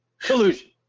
Collusion